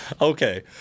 Okay